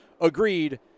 agreed